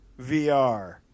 VR